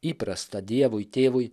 įprasta dievui tėvui